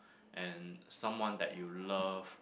and someone that you love